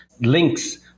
links